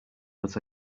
but